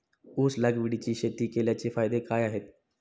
ऊस लागवडीची शेती केल्याचे फायदे काय आहेत?